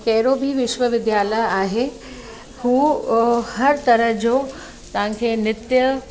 कहिड़ो बि विश्वविद्यालय आहे हू हर तरह जो तव्हांखे नृत्य